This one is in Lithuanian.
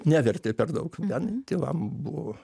nevertė per daug ten tėvam buvo